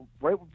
right